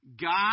God